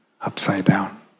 upside-down